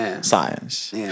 science